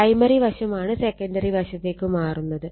primary വശമാണ് secondary വശത്തേക്ക് മാറുന്നത്